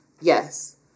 Yes